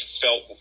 felt